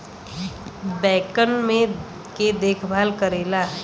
बैंकन के देखभाल करेला